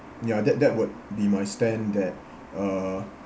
ya that that would be my stand that uh